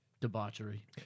Debauchery